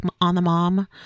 on-the-mom